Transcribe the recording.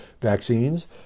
vaccines